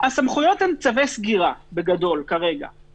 אמירה שלא קבועה בשום מקום